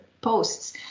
posts